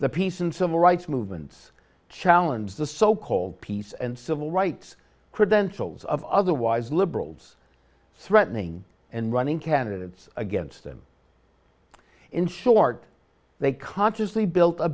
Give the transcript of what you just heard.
the peace and civil rights movements challenge the so called peace and civil rights credentials of otherwise liberals threatening and running candidates against them in short they consciously built a